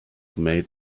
made